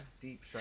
deep